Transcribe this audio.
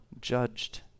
judged